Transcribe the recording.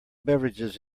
beverages